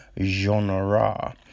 genre